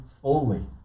fully